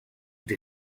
vous